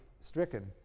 stricken